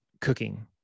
cooking